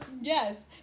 yes